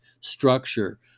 structure